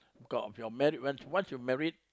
talk of married once once you married